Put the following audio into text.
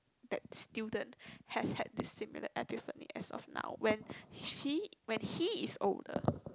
that student has had the similar epiphany as of now when he when he is older